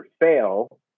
fail